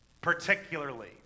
particularly